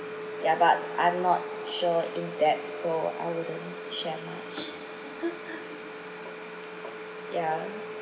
yeah but I'm not sure in depth so I wouldn't share much yeah